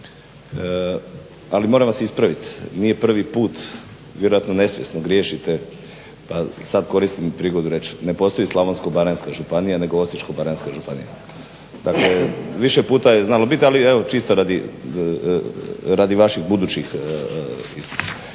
Ali moram vas ispraviti, nije prvi put vjerojatno nesvjesno griješite, sad koristim prigodu reći ne postoji Slavonsko-baranjska županija nego Osječko-baranjska županija. Dakle, više puta je znalo biti ali evo čisto radi vaših budućih istupa.